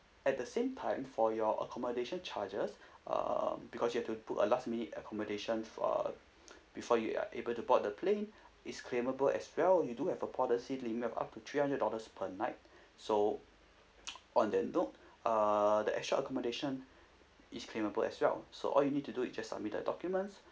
at the same time for your accommodation charges uh because you had to book a last minute accommodation for before you are able to board the plane is claimable as well we do have a policy limit of up to three hundred dollars per night so on that note uh the extra accommodation is claimable as well so all you need to do is just submit the documents